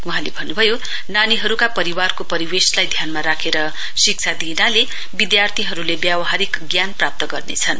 वहाँले भन्नुभयो नानीहरुको परिवारको परिवेशलाई ध्यानमा राखेर शिक्षा दिइनाले विद्यार्थीहरुले व्यावहारिक ज्ञान प्राप्त गर्नेछन्